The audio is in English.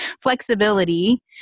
flexibility